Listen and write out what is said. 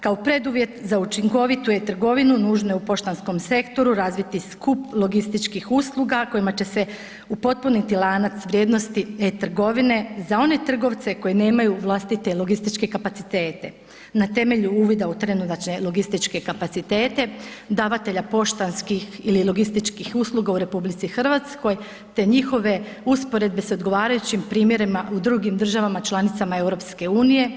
Kao preduvjet za učinkovitu e-Trgovinu nužno je u poštanskom sektoru razviti skup logističkih usluga kojima će se upotpuniti lanac vrijednosti e-Trgovine za one trgovce koji nemaju vlastite logističke kapacitete na temelju uvida u trenutačne logističke kapacitete davatelja poštanskih ili logističkih usluga u RH te njihove usporedbe s odgovarajućim primjerima u drugim državama članicama EU.